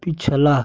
पिछला